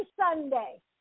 Sunday